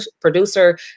producer